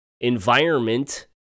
environment